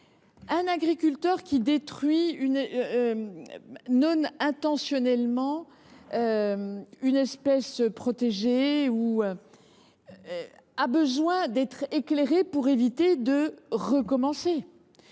Un agriculteur qui détruit non intentionnellement une espèce protégée a besoin d’être éclairé pour éviter la récidive.